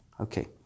Okay